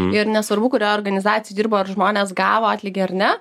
ir nesvarbu kurioj organizacijoj dirbo ar žmonės gavo atlygį ar ne